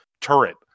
turret